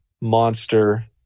monster